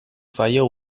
zaio